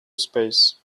space